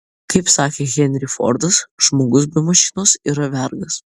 kaip sakė henry fordas žmogus be mašinos yra vergas